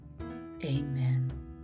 Amen